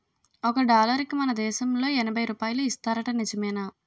ఒక డాలరుకి మన దేశంలో ఎనబై రూపాయలు ఇస్తారట నిజమేనా